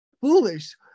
foolish